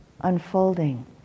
unfolding